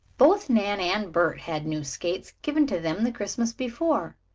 both nan and bert had new skates, given to them the christmas before,